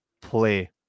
play